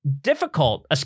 difficult